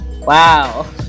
wow